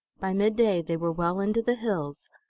by midday they were well into the hills,